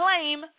claim